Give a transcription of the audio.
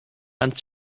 hand